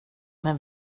men